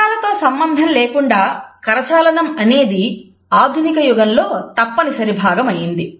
మూలాలతో సంబంధం లేకుండా కరచాలనం అనేది ఆధునిక యుగంలో తప్పనిసరి భాగమయ్యింది